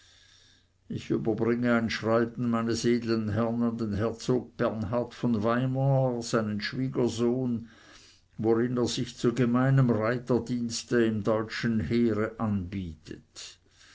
ich überbringe ein schreiben meines edlen herrn an den herzog bernhard von weimar seinen schwiegersohn worin er sich zu gemeinem reiterdienste im deutschen heere anbietet